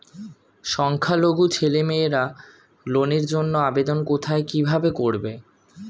সংখ্যালঘু ছেলেমেয়েরা লোনের জন্য আবেদন কোথায় কিভাবে করবে?